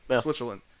Switzerland